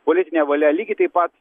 politine valia lygiai taip pat